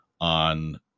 on